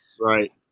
Right